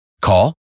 Call